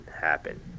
happen